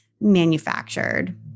manufactured